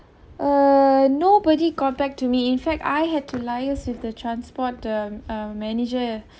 uh nobody got back to me in fact I had to liaise with the transport the um manager